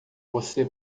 você